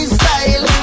style